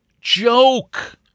joke